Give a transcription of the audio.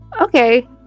Okay